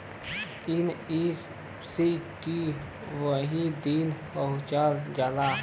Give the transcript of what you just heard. NEFT वही दिन पहुंच जाला